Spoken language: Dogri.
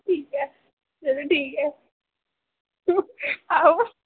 ठीक ऐ चलो ठीक ऐ आहो